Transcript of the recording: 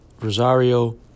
Rosario